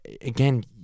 again